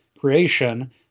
creation